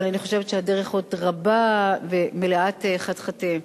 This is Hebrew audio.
אבל אני חושבת שהדרך עוד רבה ומלאת חתחתים.